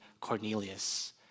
Cornelius